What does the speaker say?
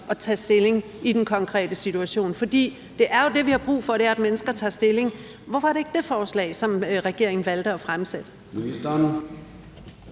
at tage stilling i den konkrete situation. For det, vi jo har brug for, er, at mennesker tager stilling. Hvorfor er det ikke det forslag, som regeringen valgte at fremsætte?